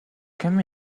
come